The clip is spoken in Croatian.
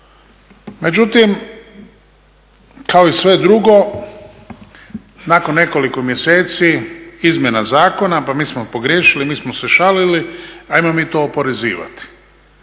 Međutim kao i sve drugo nakon nekoliko mjeseci izmjena zakona pa mi smo pogriješili, mi smo se šalili ajmo mi to oporezivati.